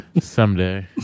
Someday